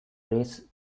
race